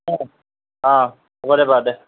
অ অ হ'ব দে বাৰু দে